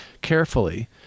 carefully